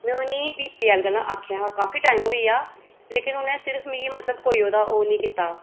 में उ'नें ई बीपीऐल्ल गल्ला आखेआ हा काफी टाइम होई गेआ लेकिन उ'नें सिर्फ मिगी मतलब कोई ओह्दा ओह् निं कीता